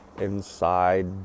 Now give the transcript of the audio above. inside